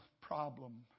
problem